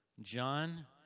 John